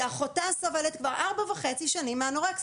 שאחותה סובלת כבר ארבע שנים וחצי מאנורקסיה,